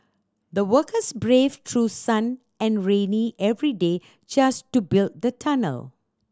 the workers braved through sun and rainy every day just to build the tunnel